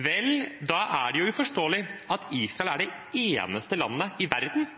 Vel, da er det uforståelig at Israel er det eneste landet i verden